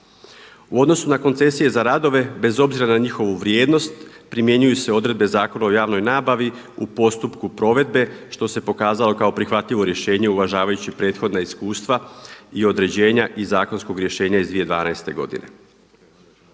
U odnosu na koncesiju za radove bez obzira na njihovu vrijednost primjenjuju se odredbe Zakona o javnoj nabavi u postupku provedbe što se pokazalo kao prihvatljivo rješenje uvažavajući prethodna iskustva i određenja iz zakonskog rješenja iz 2012. godine.